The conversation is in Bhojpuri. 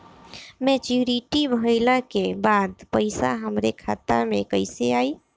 मच्योरिटी भईला के बाद पईसा हमरे खाता में कइसे आई?